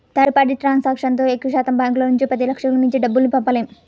third party ట్రాన్సాక్షన్తో ఎక్కువశాతం బ్యాంకుల నుంచి పదిలక్షలకు మించి డబ్బుల్ని పంపలేము